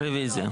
רביזיה.